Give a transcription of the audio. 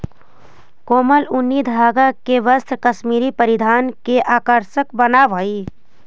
कोमल ऊनी धागा के वस्त्र कश्मीरी परिधान के आकर्षक बनावऽ हइ